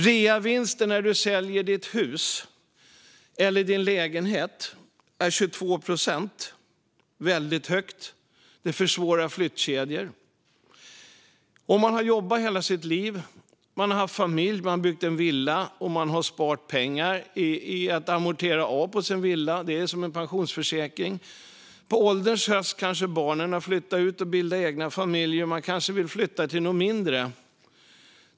Reavinstskatten när du säljer ditt hus eller din lägenhet är 22 procent - den är väldigt hög. Detta försvårar flyttkedjor. Man kan ha jobbat hela sitt liv. Man kan ha haft familj. Man har byggt en villa, och man har sparat pengar genom att amortera av på sin villa. Det är som en pensionsförsäkring. På ålderns höst kanske barnen har flyttat ut och bildat egna familjer. Man kanske vill flytta till något mindre.